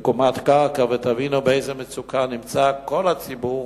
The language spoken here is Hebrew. בקומת קרקע, ותבינו באיזו מצוקה נמצא כל הציבור